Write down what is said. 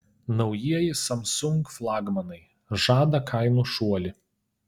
naujieji samsung flagmanai žada kainų šuolį